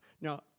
Now